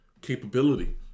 capability